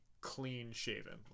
clean-shaven